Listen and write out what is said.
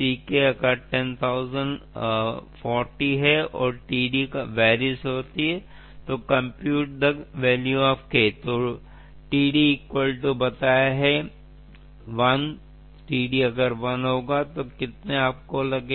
दूसरे शब्दों में हम कह सकते हैं कि प्रयास और कालानुक्रमिक प्रसव के समय के बीच का संबंध अत्यधिक गैर रैखिक